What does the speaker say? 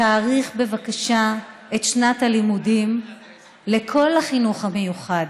תאריך בבקשה את שנת הלימודים לכל החינוך המיוחד,